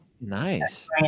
nice